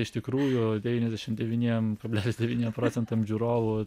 iš tikrųjų devyniasdešimt devyniem kablelis devyniem procentam žiūrovų